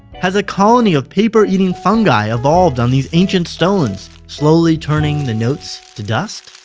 has a colony of paper-eating fungi evolved on these ancient stones, slowly turning the notes to dust?